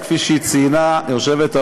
אנחנו עוברים להצעת החוק הבאה: הצעת חוק